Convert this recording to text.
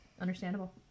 Understandable